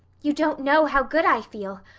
you don't know how good i feel!